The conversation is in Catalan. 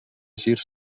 girs